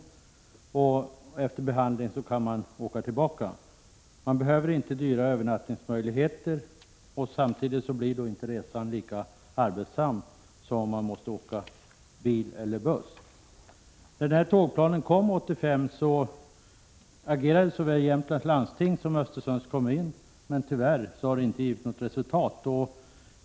Efter behandlingen kan man åka tillbaka. Det blir inga dyra övernattningar, och samtidigt blir inte resan lika arbetsam som då man måste åka bil eller buss. När tågplanen kom 1985 reagerade såväl Jämtlands läns landsting som Östersunds kommun. Tyvärr har det inte gett något resultat.